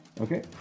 Okay